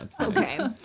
Okay